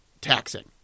taxing